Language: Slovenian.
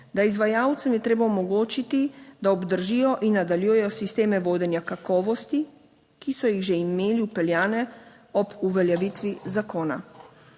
Da, izvajalcem je treba omogočiti, da obdržijo in nadaljujejo sisteme vodenja kakovosti, ki so jih že imeli vpeljane ob uveljavitvi zakona.